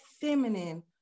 feminine